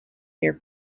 here